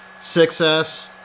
6S